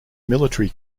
military